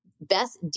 best